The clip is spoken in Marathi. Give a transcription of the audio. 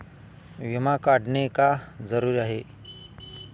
विमा काढणे का जरुरी आहे?